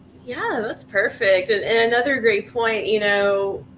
yeah, that's perfect and and another great point, you know,